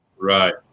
Right